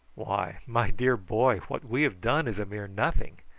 why, my dear boy, what we have done is a mere nothing.